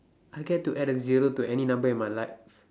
I get to add a zero to any number in my life